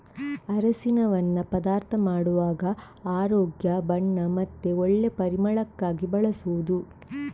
ಅರಸಿನವನ್ನ ಪದಾರ್ಥ ಮಾಡುವಾಗ ಆರೋಗ್ಯ, ಬಣ್ಣ ಮತ್ತೆ ಒಳ್ಳೆ ಪರಿಮಳಕ್ಕಾಗಿ ಬಳಸುದು